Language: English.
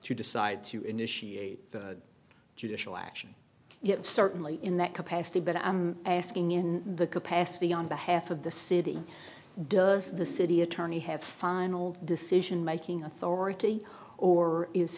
to decide to initiate a judicial action yet certainly in that capacity but i'm asking in the capacity on behalf of the city does the city attorney have final decision making authority or is